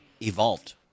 evolved